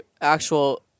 actual